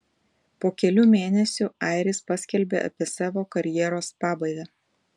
po kelių mėnesių airis paskelbė apie savo karjeros pabaigą